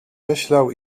myślał